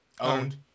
Owned